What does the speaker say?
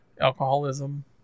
alcoholism